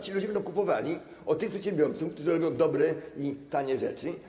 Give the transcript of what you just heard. Ci ludzie będą kupowali od tych przedsiębiorców, którzy robią dobre i tanie rzeczy.